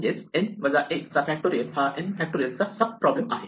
म्हणजेच n 1 चा factorial हा n फॅक्टोरिअल चा सब प्रॉब्लेम आहे